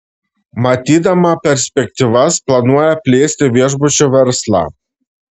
matydama perspektyvas planuoja plėsti viešbučių verslą